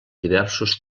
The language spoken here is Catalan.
diversos